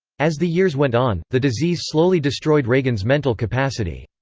as the years went on, the disease slowly destroyed reagan's mental capacity.